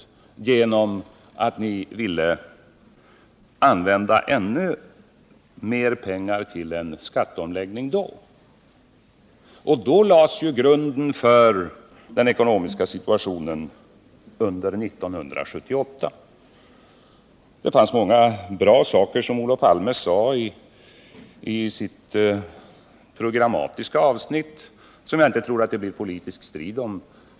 Socialdemokraterna ville då använda ännu mer pengar till en skatteomläggning. Då lades grunden för den ekonomiska situationen under 1979. Det var många bra saker som Olof Palme sade i sitt programmatiska avsnitt och som jag inte tror att det blir politisk strid om.